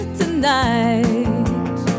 tonight